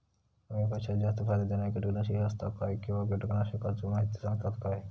कमी पैशात जास्त फायदो दिणारी किटकनाशके आसत काय किंवा कीटकनाशकाचो माहिती सांगतात काय?